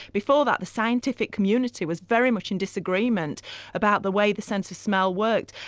before that, the scientific community was very much in disagreement about the way the sense of smell worked.